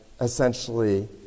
essentially